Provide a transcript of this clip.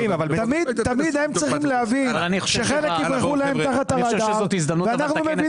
תמיד הם צריכים להבין שחלק יירדו להם מתחת לרדאר ואנחנו מבינים